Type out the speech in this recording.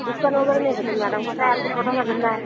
डिस्कोन वगैरे नाही भेटत मॅडम कसं आहे आमचा छोटासा धंदा आहे